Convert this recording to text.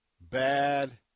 bad